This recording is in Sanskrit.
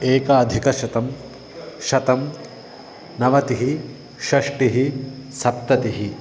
एकाधिकशतं शतं नवतिः षष्टिः सप्ततिः